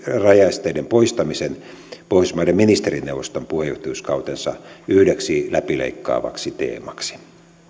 rajaesteiden poistamisen pohjoismaiden ministerineuvoston puheenjohtajuuskautensa yhdeksi läpileikkaavaksi teemaksi